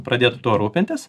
pradėtų tuo rūpintis